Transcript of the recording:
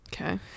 Okay